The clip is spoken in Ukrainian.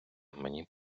мені